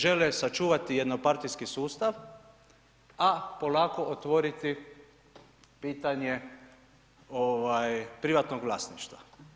Žele sačuvati jednopartijski sustav, a polako otvoriti pitanje privatnog vlasništva.